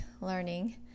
learning